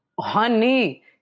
Honey